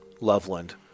Loveland